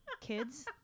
kids